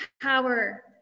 Power